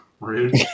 Rude